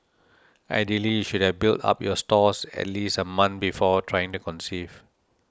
ideally you should have built up your stores at least a month before trying to conceive